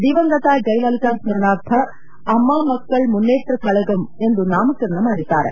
ದಿವಂಗತ ಜಯಲಲಿತಾ ಸ್ಮರಣಾರ್ಥ ಅಮ್ಮಾ ಮಕ್ಕಳ್ ಮುನ್ನೇಟ್ರ ಕಳಗಂ ಎಂದು ನಾಮಕರಣ ಮಾಡಿದ್ದಾರೆ